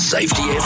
Safety